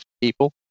people